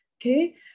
okay